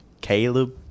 Caleb